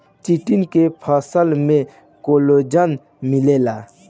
chitin के फसल में कोलेजन मिलेला